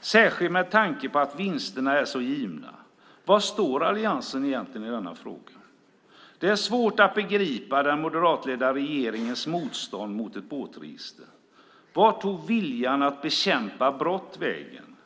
särskilt med tanke på att vinsterna är så givna. Var står alliansen egentligen i denna fråga? Det är svårt att begripa den moderatledda regeringens motstånd mot ett båtregister. Vart tog viljan att bekämpa brott vägen?